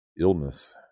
illness